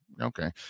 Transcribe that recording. okay